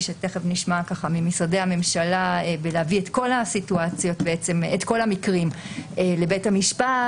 שנשמע ממשרדי הממשלה להביא את כל המקרים לבית המשפט,